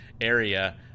area